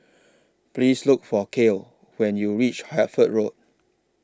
Please Look For Cael when YOU REACH Hertford Road